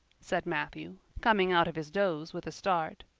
said matthew, coming out of his doze with a start.